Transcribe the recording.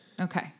Okay